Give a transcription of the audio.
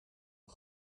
een